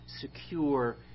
secure